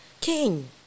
King